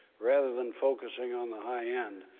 rather than focusing on the high end,